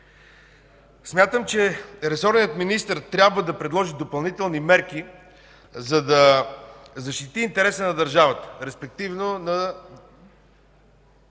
Смятам, че ресорният министър трябва да предложи допълнителни мерки, за да защити интереса на държавата, респективно на